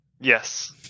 Yes